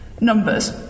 numbers